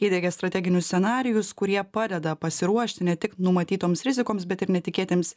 įdiegė strateginius scenarijus kurie padeda pasiruošt ne tik numatytoms rizikoms bet ir netikėtiems